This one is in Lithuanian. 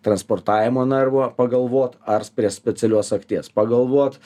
transportavimo narvo pagalvot ar prie specialios sagties pagalvot